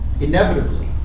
inevitably